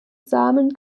samen